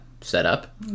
setup